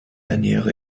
ernähre